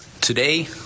Today